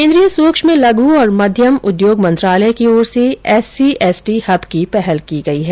केन्द्रीय सूक्ष्म लघ् और मध्यम उद्योग मंत्रालय की ओर से एससी एसटी हब की पहल की गई है